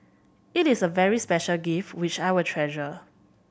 it is a very special gift which I will treasure